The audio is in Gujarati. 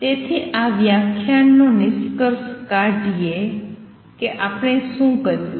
તેથી આ વ્યખ્યાન નો નિષ્કર્ષ કાઢીએ કે આપણે શું કર્યું છે